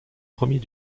premier